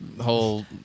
whole